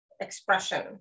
expression